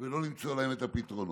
ולא למצוא להם את הפתרונות.